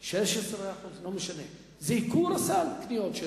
16%, לא משנה, זה ייקור סל הקניות שלו.